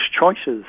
choices